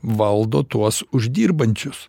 valdo tuos uždirbančius